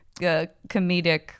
comedic